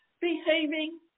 behaving